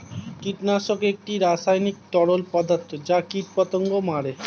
কীটনাশক একটি রাসায়নিক তরল পদার্থ যা কীটপতঙ্গ মারে